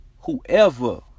whoever